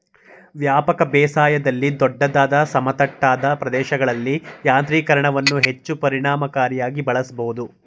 ವ್ಯಾಪಕ ಬೇಸಾಯದಲ್ಲಿ ದೊಡ್ಡದಾದ ಸಮತಟ್ಟಾದ ಪ್ರದೇಶಗಳಲ್ಲಿ ಯಾಂತ್ರೀಕರಣವನ್ನು ಹೆಚ್ಚು ಪರಿಣಾಮಕಾರಿಯಾಗಿ ಬಳಸ್ಬೋದು